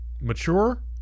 mature